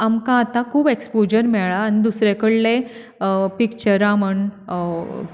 आमकां आतां खूब एक्सपोज्यर मेळ्ळा आनी दुसरे कडले पिक्चरां म्हण